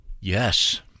Yes